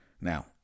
Now